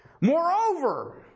Moreover